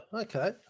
okay